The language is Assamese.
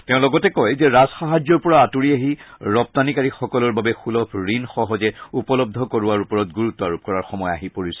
তেওঁ লগতে কয় যে ৰাজ সাহায্যৰ পৰা আঁতৰি আহি ৰগুানিকাৰীসকলৰ বাবে সুলভ ঋণ সহজে উপলব্ধ কৰোৱাৰ ওপৰত ণুৰুত্ব আৰোপ কৰাৰ সময় আহি পৰিছে